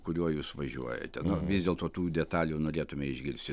kuriuo jūs važiuojate nu vis dėlto tų detalių norėtume išgirsti